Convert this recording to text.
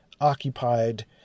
occupied